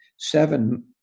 seven